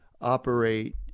operate